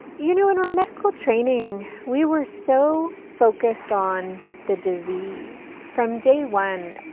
you know, in our medical training, we were so focused on the disease. from day one,